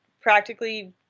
practically